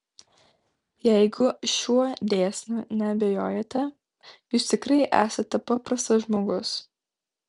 jeigu šiuo dėsniu neabejojate jūs tikrai esate paprastas žmogus